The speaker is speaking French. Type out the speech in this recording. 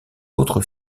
autre